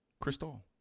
Crystal